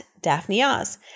Daphneoz